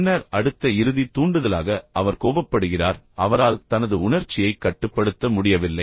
பின்னர் அடுத்த இறுதி தூண்டுதலாக அவர் கோபப்படுகிறார் அவரால் தனது உணர்ச்சியைக் கட்டுப்படுத்த முடியவில்லை